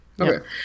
Okay